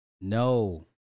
no